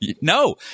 No